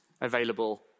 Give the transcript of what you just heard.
available